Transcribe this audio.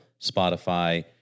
Spotify